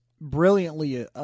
brilliantly